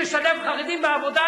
כשבממשלה מדברים על לשלב חרדים בעבודה?